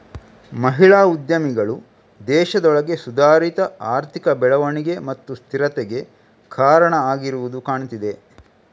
ಮಹಿಳಾ ಉದ್ಯಮಿಗಳು ದೇಶದೊಳಗೆ ಸುಧಾರಿತ ಆರ್ಥಿಕ ಬೆಳವಣಿಗೆ ಮತ್ತು ಸ್ಥಿರತೆಗೆ ಕಾರಣ ಆಗಿರುದು ಕಾಣ್ತಿದೆ